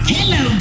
Hello